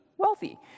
wealthy